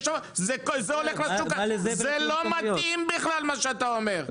הם לא מסכימים לשום דבר ששומר על החקלאים,